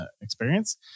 experience